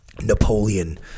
Napoleon